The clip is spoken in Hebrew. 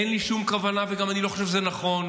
אין לי שום כוונה ואני גם לא חושב שזה נכון,